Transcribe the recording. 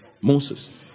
Moses